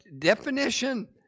definition